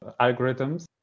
algorithms